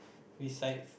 besides